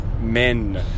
men